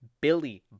Billy